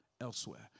elsewhere